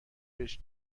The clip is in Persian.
بهش